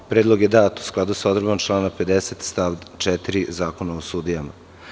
Predlog je dat u skladu sa odredbom člana 50. stav 4. Zakona o sudijama.